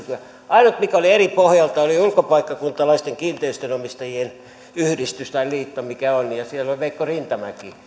ainut mikä oli eri pohjalta oli ulkopaikkakuntalaisten kiinteistönomistajien yhdistys tai liitto mikä on ja siellä veikko rintamäki